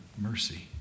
mercy